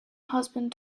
husband